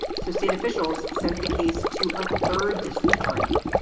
so state officials sent the case to a third district attorney,